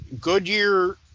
Goodyear